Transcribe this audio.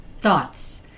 thoughts